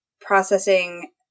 processing